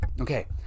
Okay